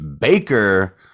Baker